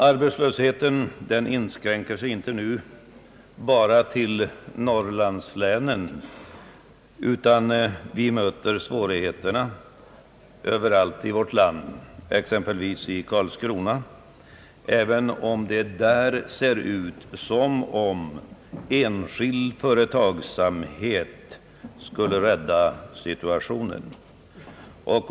Arbetslösheten inskränker sig nu inte bara till norrlandslänen, utan vi möter svårigheterna överallt i vårt land, exempelvis i Karlskrona, även om det ser ut som om enskild företagsamhet skulle rädda situationen där.